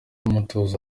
umutuzo